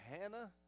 Hannah